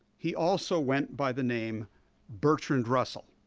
he also went by the name bertrand russell